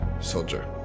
soldier